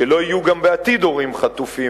שלא יהיו גם בעתיד הורים לחיילים חטופים